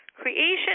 Creation